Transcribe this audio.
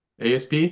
ASP